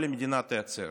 כל המדינה תיעצר.